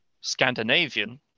Scandinavian